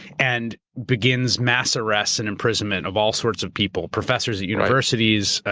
and begins mass arrests and imprisonment of all sorts of people. professors at universities,